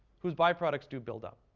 whose byproducts do build up.